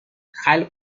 خلق